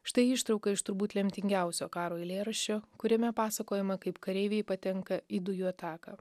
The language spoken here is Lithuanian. štai ištrauka iš turbūt lemtingiausio karo eilėraščio kuriame pasakojama kaip kareiviai patenka į dujų ataką